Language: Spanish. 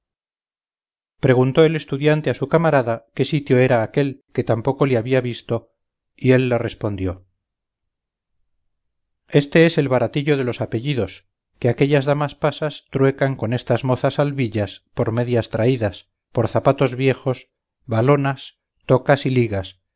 preguntó el estudiante a su camarada qué sitio era aquél que tampoco le había visto y él le respondió éste es el baratillo de los apellidos que aquellas damas pasas truecan con estas mozas albillas por medias traídas por zapatos viejos valonas tocas y ligas